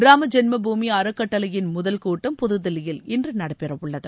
ராமஜென்மபூமிஅறக்கட்டளையின் முதல் கூட்டம் புதுதில்லியில் இன்றுநடைபெறவுள்ளது